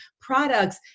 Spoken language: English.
products